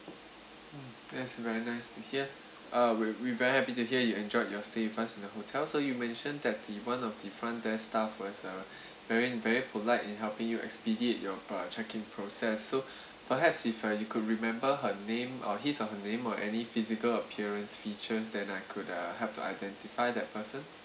mm that's very nice to hear uh we're we're very happy to hear you enjoyed your stay with us in the hotel so you mentioned that the one of the front desk staff was a very very polite in helping you expedite your uh checking process so perhaps if uh you could remember her name or his or her name or any physical appearance features then I could uh help to identify that person